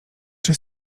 czy